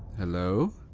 hello?